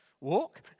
walk